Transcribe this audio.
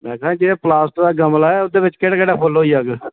में आखेआ जेह्ड़ा प्लास्टिक दा गमला ऐ ओह्दे बिच्च केह्ड़े केह्ड़े फुल्ल होई जाह्ग